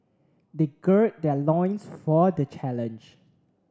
they gird their loins for the challenge